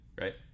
right